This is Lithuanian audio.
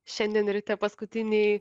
šiandien ryte paskutiniai